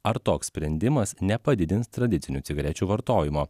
ar toks sprendimas nepadidins tradicinių cigarečių vartojimo